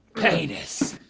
painus.